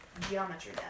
Geometry